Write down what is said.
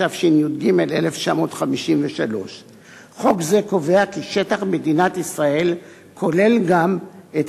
התשי"ג 1953. חוק זה קובע כי שטח מדינת ישראל כולל גם את